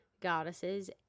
goddesses